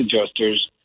adjusters